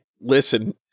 listen